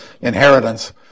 inheritance